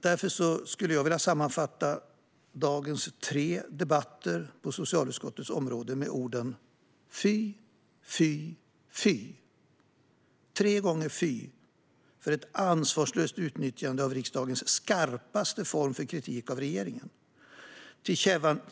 Därför skulle jag vilja sammanfatta dagens tre debatter på socialutskottets område med orden: Fy, fy, fy - tre gånger fy för ett ansvarslöst utnyttjande av riksdagens skarpaste form av kritik av regeringen.